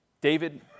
David